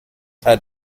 had